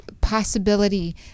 possibility